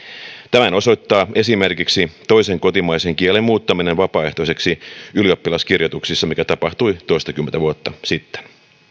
tämän osoittaa esimerkiksi toisen kotimaisen kielen muuttaminen vapaaehtoiseksi ylioppilaskirjoituksissa mikä tapahtui toistakymmentä vuotta sitten